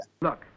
Look